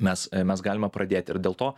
mes mes galima pradėt ir dėl to